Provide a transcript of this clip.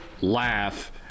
laugh